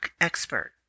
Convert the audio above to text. expert